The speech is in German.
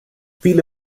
viele